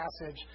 passage